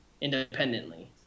independently